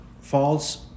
false